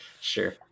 Sure